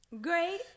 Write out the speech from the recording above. Great